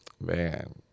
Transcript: Man